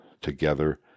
together